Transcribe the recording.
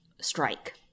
strike